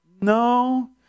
No